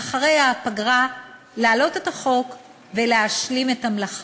אחרי הפגרה, להעלות את החוק ולהשלים את המלאכה.